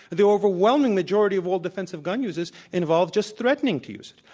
the overwhelming majority of all defensive gun users involve just threatening to use it.